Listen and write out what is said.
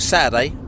Saturday